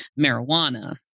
marijuana